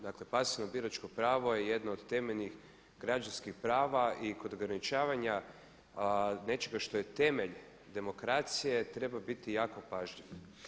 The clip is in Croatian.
Dakle pasivno biračko pravo je jedno od temeljnih građanskih prava i kod ograničavanja nečega što je temelj demokracije treba biti jako pažljiv.